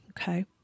okay